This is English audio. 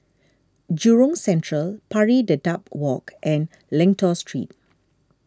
Jurong Central Pari Dedap Walk and Lentor Street